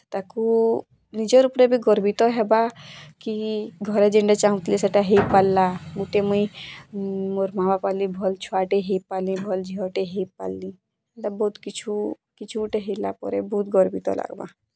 ତାକୁ ନିଜର୍ ଉପରେ ଗର୍ବିତ ହେବା କି ଘରେ ଯେନ୍ଟା ଚାହୁଁଥିଲେ ସେଟା ହୋଇପାର୍ଲା ଗୁଟେ ମୁଇଁ ମୋର୍ ମାଆ ବାପା ଲାଗି ଭଲ୍ ଛୁଆଟା ହୋଇପାର୍ଲି ଭଲ୍ ଝିଅଟା ହୋଇପାର୍ଲି ତ ବହୁତ୍ କିଛୁ କିଛୁ ଗୁଟେ ହେଲା ପରେ ବହୁତ୍ ଗର୍ବିତ ଲାଗ୍ବା